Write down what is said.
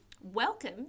welcome